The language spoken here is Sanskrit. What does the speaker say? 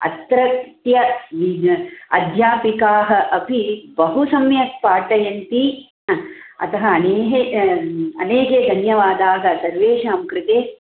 अत्रत्य अध्यापिकाः अपि बहु सम्यक् पाठयन्ति अतः अनेहे अनेके धन्यवादाः सर्वेषां कृते